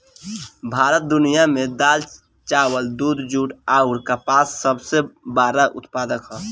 भारत दुनिया में दाल चावल दूध जूट आउर कपास का सबसे बड़ा उत्पादक ह